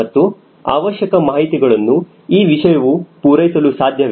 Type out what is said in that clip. ಮತ್ತು ಅವಶ್ಯಕ ಮಾಹಿತಿಗಳನ್ನು ಈ ವಿಷಯವು ಪೂರೈಸಲು ಸಾಧ್ಯವೇ